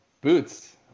boots